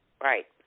Right